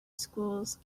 schools